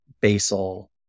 basal